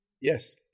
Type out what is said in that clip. Yes